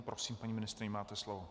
Prosím, paní ministryně, máte slovo.